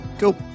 Go